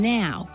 now